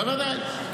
בוודאי.